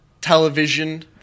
television